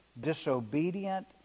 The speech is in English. disobedient